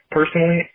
Personally